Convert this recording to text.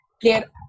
get